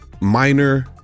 minor